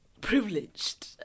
privileged